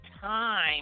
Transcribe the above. time